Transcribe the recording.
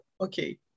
okay